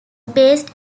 based